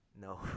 No